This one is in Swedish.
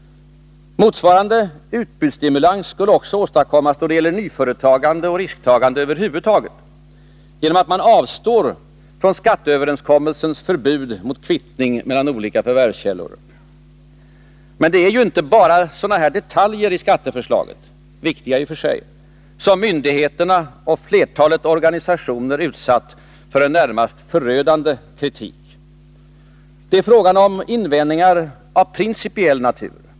Motsvarande utbudsstimulans skulle också åstadkommas då det gäller nyföretagande och risktagande över huvud taget genom att man avstår från skatteöverenskommelsens förbud mot kvittning mellan olika förvärvskällor. Men det är inte bara detaljer i skatteförslaget — viktiga i och för sig — som myndigheter och flertalet organisationer utsatt för en närmast förödande kritik. Det är fråga om invändningar av principiell natur.